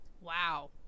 Wow